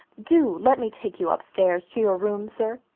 do let me take you upstairs to your room, sir.